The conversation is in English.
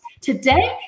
Today